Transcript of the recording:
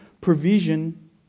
provision